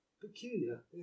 peculiar